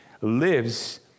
lives